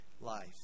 life